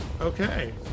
Okay